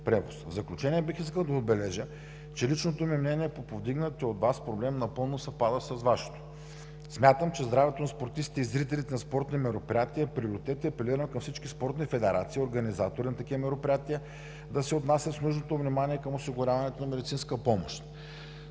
В заключение, бих искал да отбележа, че личното ми мнение по повдигнатия от Вас проблем напълно съвпада с Вашето. Смятам, че здравето на спортистите и зрителите на спортни мероприятия е приоритет и апелирам към всички спортни федерации и организатори на такива мероприятия да се отнасят с нужното внимание към осигуряването на медицинска помощ.